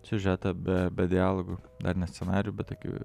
siužetą be be dialogų dar ne scenarijų bet tokiu